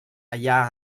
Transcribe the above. allà